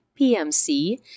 PMC